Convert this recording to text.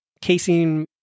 casein